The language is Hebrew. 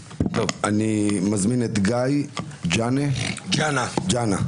אני מזמין את גיא ג'אנה, בבקשה.